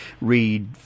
read